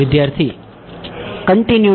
વિદ્યાર્થી કંટીન્યુટી